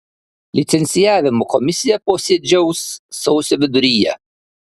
licencijavimo komisija posėdžiaus sausio viduryje